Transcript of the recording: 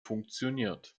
funktioniert